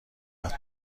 یاد